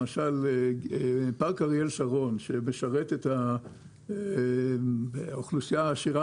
למשל פארק אריאל שרון שמשרת את האוכלוסייה העשירה